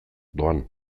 doan